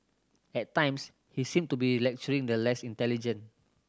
at times he seemed to be lecturing the less intelligent